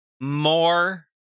more